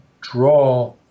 draw